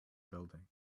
building